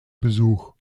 besuch